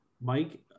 Mike